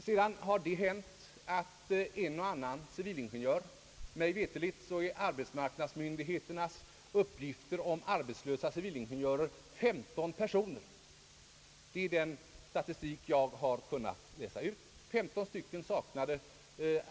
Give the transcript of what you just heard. Det har talats mycket om arbetslösa civilingenjörer. Mig veterligt utgör arbetsmarknadsmyndigheternas uppgifter om arbetslösa civilingenjörer 15 personer. Det är den statistik jag har kunnat utläsa — alltså bara 15 stycken.